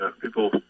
People